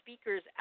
speakers